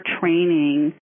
training